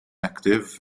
active